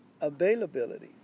availability